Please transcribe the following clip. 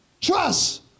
Trust